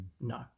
No